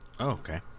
okay